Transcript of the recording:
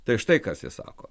tai štai kas jis sako